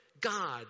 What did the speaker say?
God